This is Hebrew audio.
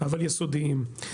אבל יסודיים.